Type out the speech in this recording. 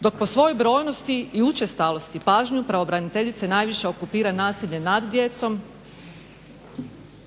dok po svojoj brojnosti i učestalosti pažnju pravobraniteljice najviše okupira nasilje nad djecom